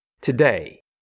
Today